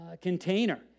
container